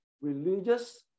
Religious